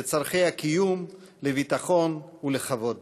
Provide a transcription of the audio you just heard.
לצורכי הקיום, לביטחון ולכבוד.